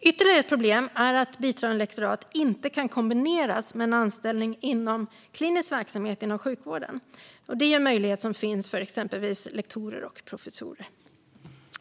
Ytterligare ett problem är att biträdande lektorat inte kan kombineras med en anställning inom klinisk verksamhet inom sjukvården, en möjlighet som finns för exempelvis lektorer och professorer.